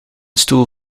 stoel